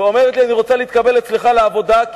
ואומרת לי: אני רוצה להתקבל לעבודה אצלך.